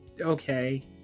okay